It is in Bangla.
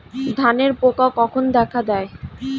ধানের পোকা কখন দেখা দেয়?